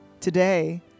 Today